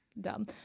dumb